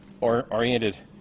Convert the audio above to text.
oriented